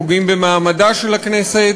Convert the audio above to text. פוגעים במעמדה של הכנסת,